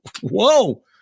Whoa